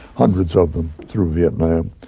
hundreds of them through vietnam,